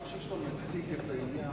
אני חושב שאתה מציג את העניין